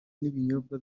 n’ibinyobwa